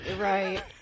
Right